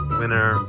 winner